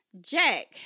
Jack